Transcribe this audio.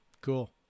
cool